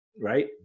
Right